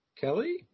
Kelly